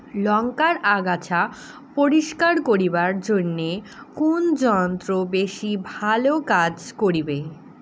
লংকার আগাছা পরিস্কার করিবার জইন্যে কুন যন্ত্র বেশি ভালো কাজ করিবে?